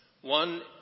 one